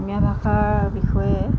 অসমীয়া ভাষাৰ বিষয়ে